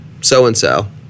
so-and-so